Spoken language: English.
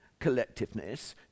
collectiveness